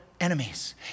enemies